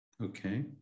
Okay